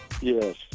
Yes